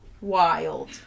wild